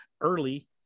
early